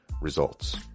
results